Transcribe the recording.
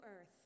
earth